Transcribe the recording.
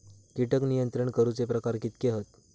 कीटक नियंत्रण करूचे प्रकार कितके हत?